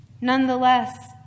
Nonetheless